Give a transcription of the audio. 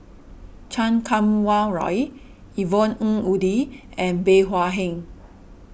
Chan Kum Wah Roy Yvonne Ng Uhde and Bey Hua Heng